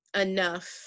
enough